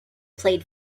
played